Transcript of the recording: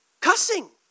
cussing